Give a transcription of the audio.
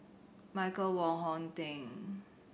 Michael Wong Hong Teng